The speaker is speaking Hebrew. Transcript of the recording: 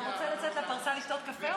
אתה רוצה לצאת לפרסה לשתות קפה,